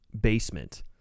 basement